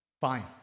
fine